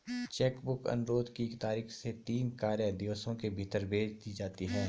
check book अनुरोध की तारीख से तीन कार्य दिवसों के भीतर भेज दी जाती है